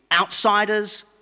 outsiders